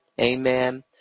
Amen